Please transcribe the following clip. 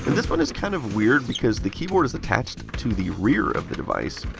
this one is kind of weird because the keyboard is attached to the rear of the device.